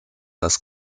das